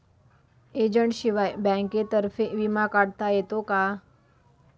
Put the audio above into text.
एजंटशिवाय बँकेतर्फे विमा काढता येतो का?